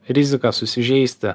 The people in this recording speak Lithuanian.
rizika susižeisti